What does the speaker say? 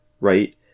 right